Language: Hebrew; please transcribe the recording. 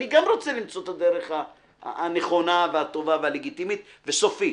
אני גם רוצה למצוא את הדרך הנכונה והטובה והלגיטימית וסופית.